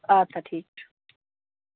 آد سا ٹھیٖک چھُ